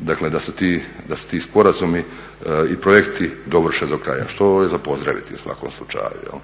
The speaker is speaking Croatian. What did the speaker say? da se ti sporazumi i projekti dovrše do kraja, što je za pozdraviti u svakom slučaju.